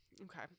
Okay